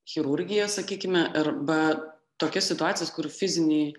chirurgiją sakykime arba tokias situacijas kur fiziniai